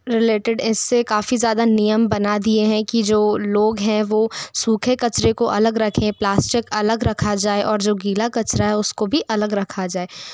related इससे काफ़ी ज़्यादा नियम बना दिए हैं कि जो लोग हैं वो सूखे कचरे को अलग रखें प्लास्टिक अलग रखा जाए और जो गीला कचरा है उसको भी अलग रखा जाए